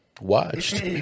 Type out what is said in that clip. watched